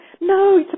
no